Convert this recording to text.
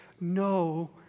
no